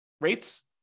rates